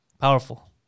powerful